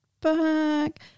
back